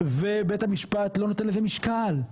ובית המשפט לא נותן לזה משקל,